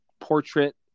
portrait